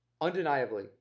undeniably